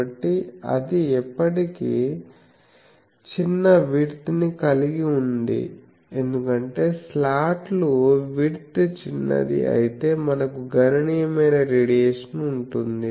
కాబట్టి అది ఇప్పటికీ చిన్న విడ్త్ ని కలిగి ఉంది ఎందుకంటే స్లాట్లు విడ్త్ చిన్నది అయితే మనకు గణనీయమైన రేడియేషన్ ఉంటుంది